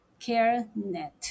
CareNet